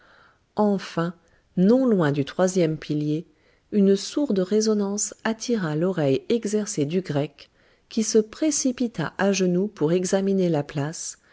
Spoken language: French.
enfin non loin du troisième pilier une sourde résonance attira l'oreille exercée du grec qui se précipita à genoux pour examiner la place